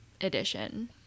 edition